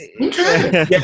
Okay